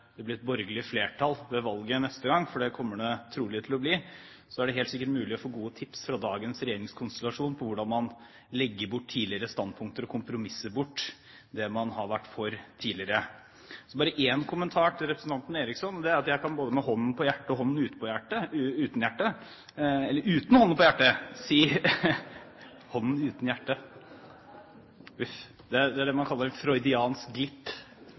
det blir et borgerlig flertall ved valget neste gang – for det kommer det trolig til å bli – så er det helt sikkert mulig å få gode tips fra dagens regjeringskonstellasjon om hvordan man legger bort tidligere standpunkter og kompromisser bort det man har vært for tidligere. Så har jeg en kommentar til representanten Eriksson. Jeg kan både med hånden på hjertet og hånden utenpå hjertet, uten hjerte eh … eller uten hånden på hjertet – hånden uten hjertet! huff, dette er det man kaller